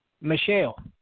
Michelle